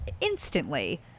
instantly